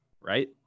right